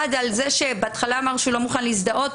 אחד אמר שהוא לא מוכן להזדהות,